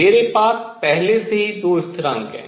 मेरे पास पहले से ही दो स्थिरांक हैं